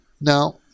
Now